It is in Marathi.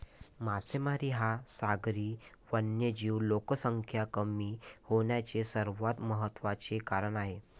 मासेमारी हा सागरी वन्यजीव लोकसंख्या कमी होण्याचे सर्वात महत्त्वाचे कारण आहे